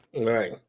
Right